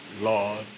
Lord